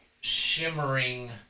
shimmering